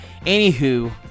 Anywho